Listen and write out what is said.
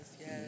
yes